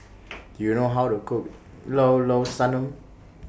Do YOU know How to Cook Llao Llao Sanum